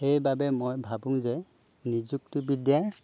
সেইবাবে মই ভাবোঁ যে নিযুক্তিবিদ্যাই